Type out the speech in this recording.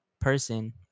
person